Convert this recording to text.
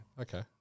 Okay